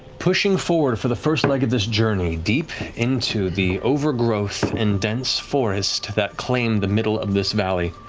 pushing forward for the first leg of this journey, deep into the overgrowth and dense forest that claim the middle of this valley,